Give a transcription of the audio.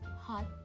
hot